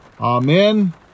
Amen